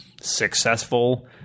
successful